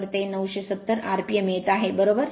तर ते 970 rpm येत आहे बरोबर